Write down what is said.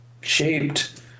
shaped